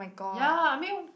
ya I mean